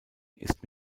ist